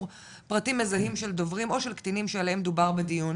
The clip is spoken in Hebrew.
פרטים מזהים של דוברים או של קטינים שעליהם דובר בדיון,